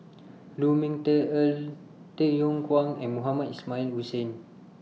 Lu Ming Teh Earl Tay Yong Kwang and Mohamed Ismail Hussain